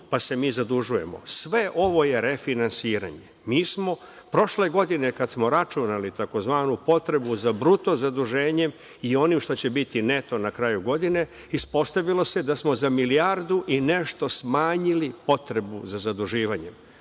pa se mi zadužujemo. Sve ovo je refinansiranje. Mi smo prošle godine, kada smo računali tzv. potrebu za bruto zaduženjem i onim što će biti neto na kraju godine, ispostavilo se da smo za milijardu i nešto smanjili potrebu za zaduživanjem.